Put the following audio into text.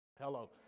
Hello